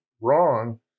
wrong